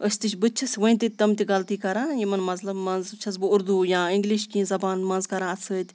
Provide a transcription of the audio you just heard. أسۍ تہِ چھِ بہٕ تہِ چھَس وۄنۍ تہِ تِم تہِ غلطی کَران یِمَن مثلَن منٛز چھَس بہٕ اردو یا اِنگلِش کیٚنٛہہ زبان منٛز کَران اَتھ سۭتۍ